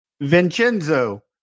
Vincenzo